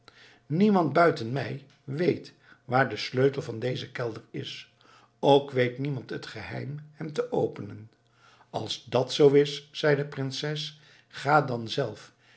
niemand buiten mij weet waar de sleutel van dezen kelder is ook weet niemand het geheim hem te openen als dat zoo is zei de prinses ga dan zelf